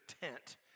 tent